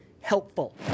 helpful